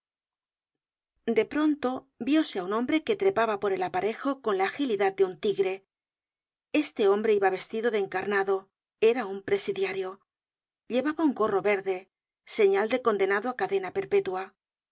de pronto vióse á un hombre que trepaba por el aparejo con la agilidad de un tigre este hombre iba vestido de encarnado era un presidiario llevaba un gorro verde señal de condenado á cadena perpétua